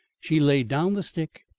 she laid down the stick,